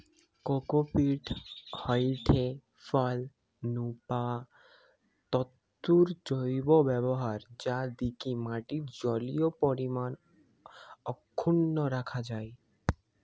cocopeat হয়ঠে ফল নু পাওয়া তন্তুর জৈব ব্যবহার যা দিকি মাটির জলীয় পরিমাণ অক্ষুন্ন রাখা যায়